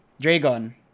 Dragon